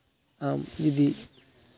ᱟᱢ ᱡᱩᱫᱤ